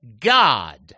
God